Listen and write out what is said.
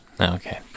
Okay